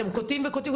אתם קוטעים וקוטעים,